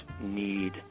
need